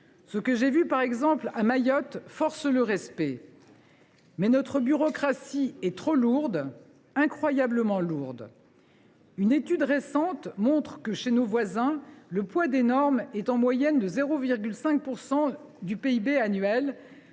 Ce que j’ai vu, par exemple, à Mayotte force le respect. Mais notre bureaucratie est trop lourde, incroyablement lourde. « Une étude récente montre que, chez nos voisins, le poids des normes est en moyenne de 0,5 % du PIB annuel